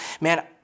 man